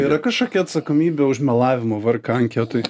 yra kašokia atsakomybė už melavimą vėerka anketoj